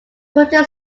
twenty